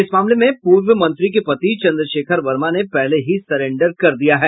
इस मामले में पूर्व मंत्री के पति चंद्रशेखर वर्मा ने पहले ही सरेंडर कर दिया है